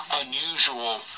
unusual